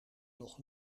nog